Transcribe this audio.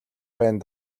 байна